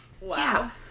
Wow